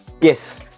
yes